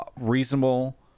reasonable